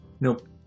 Nope